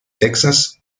texas